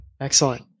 Excellent